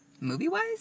movie-wise